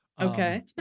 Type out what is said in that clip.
Okay